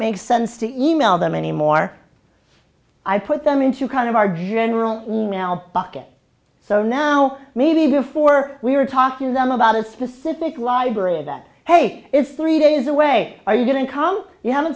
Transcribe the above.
make sense to email them anymore i put them into kind of our general mouth bucket so now maybe before we were talking to them about a specific library that hey it's three days away are you going to come